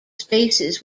spaces